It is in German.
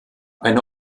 eine